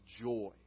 joy